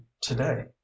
today